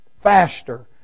faster